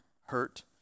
hurt